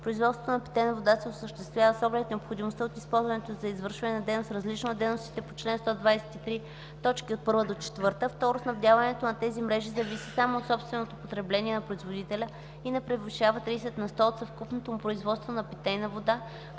производството нa питейнa водa се осъществявa с оглед необходимостта от ползването й зa извършването нa дейност, различнa от дейностите по чл. 123, т. 1-4; 2. снабдяването на тези мрежи зависи само от собственото потребление на производителя и не превишава 30 на сто от съвкупното му производство на питейна вода,